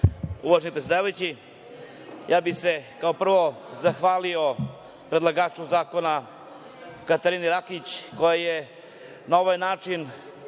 se. Uvaženi predsedavajući, ja bih se, kao prvo, zahvalio predlagaču zakona Katarini Rakić, koja je na ovaj način